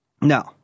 No